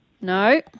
No